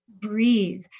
breathe